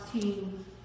team